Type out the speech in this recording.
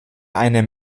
einem